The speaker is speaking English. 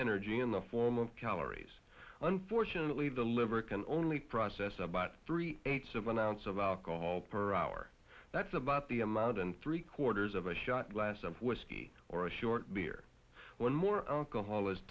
energy in the form of calories unfortunately the liver can only process about three eighths of an ounce of alcohol per hour that's about the amount and three quarters of a shot glass of whiskey or a short beer one more alcohol is